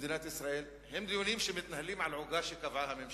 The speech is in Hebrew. במדינת ישראל הם דיונים שמתנהלים על עוגה שקבעה הממשלה.